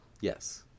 Yes